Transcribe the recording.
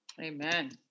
Amen